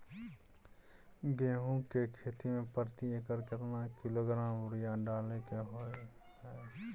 गेहूं के खेती में प्रति एकर केतना किलोग्राम यूरिया डालय के होय हय?